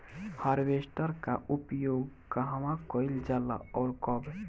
Harvester का उपयोग कहवा कइल जाला और कब?